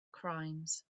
crimes